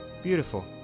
Beautiful